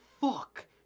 fuck